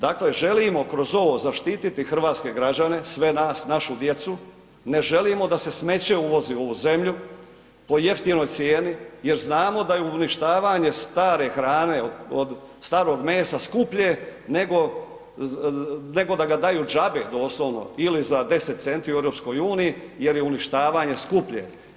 Dakle, želimo kroz ovo zaštititi hrvatske građane, sve nas, našu djecu, ne želimo da se smeće uvozi u ovu zemlju po jeftinoj cijeni jel znamo da je uništavanje stare hrane od starog mesa skuplje nego, nego da ga daju džabe doslovno ili za 10 centi u EU jer je uništavanje skuplje.